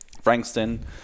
Frankston